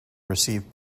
received